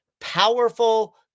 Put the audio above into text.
powerful